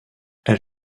elle